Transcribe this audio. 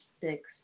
six